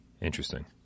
interesting